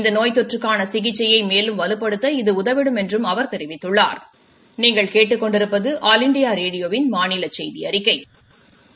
இந்த நோய் தொற்றுக்கான சிகிச்சையை மேலும் வலுப்படுத்த இது உதவிடும் என்றம் அவர் தெரிவித்துள்ளாா்